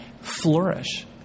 flourish